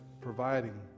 providing